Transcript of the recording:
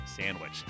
sandwich